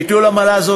ביטול עמלה זו,